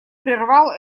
прервал